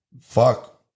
fuck